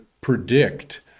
predict